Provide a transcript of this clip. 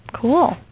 Cool